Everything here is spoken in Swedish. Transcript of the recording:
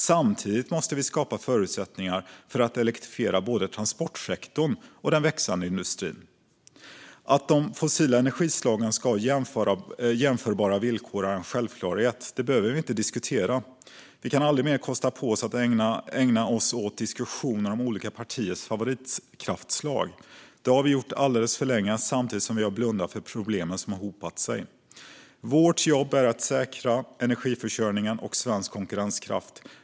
Samtidigt måste vi skapa förutsättningar för att elektrifiera både transportsektorn och den växande industrin. Att de fossilfria energislagen ska ha jämförbara villkor är en självklarhet. Det behöver vi inte diskutera. Vi kan aldrig mer kosta på oss att ägna oss åt diskussioner om olika partiers favoritkraftslag. Detta har vi gjort alldeles för länge samtidigt som vi har blundat för problemen som har hopat sig. Vårt jobb är att säkra energiförsörjningen och svensk konkurrenskraft.